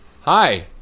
Hi